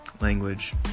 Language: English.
Language